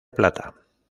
plata